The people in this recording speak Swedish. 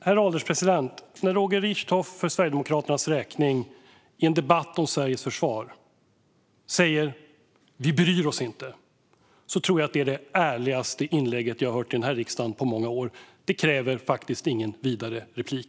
Herr ålderspresident! När Roger Richtoff för Sverigedemokraternas räkning i en debatt om Sveriges försvar säger "Vi bryr oss inte" tror jag att det är det ärligaste inlägg jag hört i denna riksdag på många år. Det kräver faktiskt ingen vidare replik.